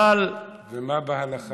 ומה בהלכה,